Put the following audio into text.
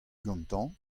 gantañ